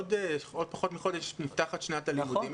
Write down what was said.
עוד פחות מחודש נפתחת שנת הלימודים,